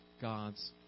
God's